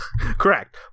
correct